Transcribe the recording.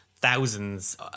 Thousands